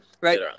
Right